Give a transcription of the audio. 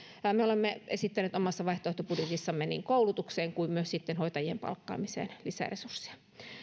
me olemme esittäneet omassa vaihtoehtobudjetissamme niin koulutukseen kuin myös hoitajien palkkaamiseen lisäresursseja